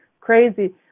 crazy